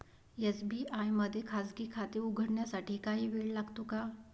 SBI मध्ये खाजगी खाते उघडण्यासाठी काही वेळ लागतो का?